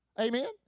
Amen